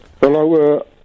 Hello